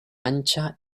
ancha